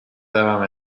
devam